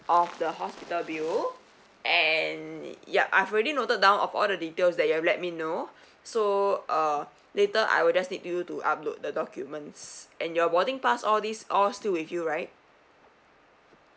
of the hospital bill and ya I've already noted down of all the details that you have let me know so uh later I will just need you to upload the documents and your boarding pass all these all still with you right